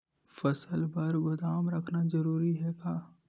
फसल बर गोदाम रखना जरूरी हे का?